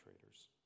traders